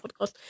podcast